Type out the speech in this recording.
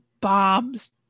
bombs